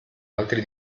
altri